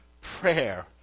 prayer